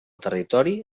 territori